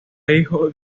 hijo